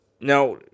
now